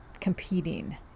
competing